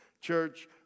Church